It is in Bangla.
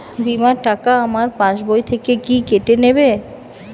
বিমার টাকা আমার পাশ বই থেকে কি কেটে নেবে?